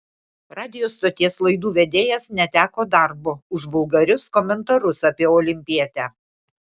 radijo stoties laidų vedėjas neteko darbo už vulgarius komentarus apie olimpietę